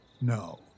No